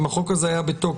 אם החוק הזה היה בתוקף,